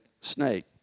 snake